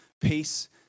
peace